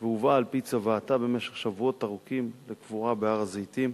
הובאה על-פי צוואתה במשך שבועות ארוכים לקבורה בהר-הזיתים.